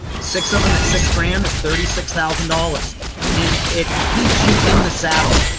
six of em at six grand is thirty six thousand dollars and it keeps you in the saddle.